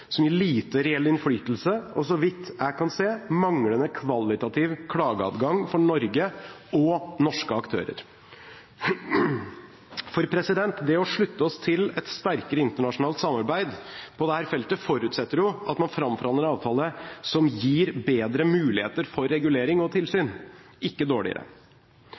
som gir lite reell innflytelse, og – så vidt jeg kan se – manglende kvalitativ klageadgang for Norge og norske aktører. For det å slutte oss til et sterkere internasjonalt samarbeid på dette feltet forutsetter jo at man framforhandler en avtale som gir bedre muligheter for regulering og tilsyn, ikke dårligere.